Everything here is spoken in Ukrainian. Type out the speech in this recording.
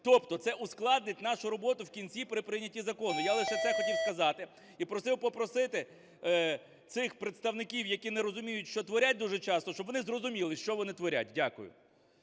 Тобто це ускладнить нашу роботу в кінці при прийнятті закону. Я лише це хотів сказати, і хотів попросити тих представників, які не розуміють, що творять дуже часто, щоб вони зрозуміли, що вони творять. Дякую.